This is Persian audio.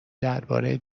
درباره